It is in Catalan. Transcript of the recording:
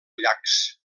llacs